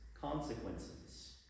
consequences